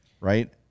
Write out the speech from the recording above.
right